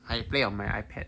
I play on my ipad